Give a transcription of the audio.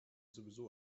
sowieso